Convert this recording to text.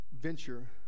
venture